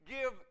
give